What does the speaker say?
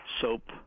soap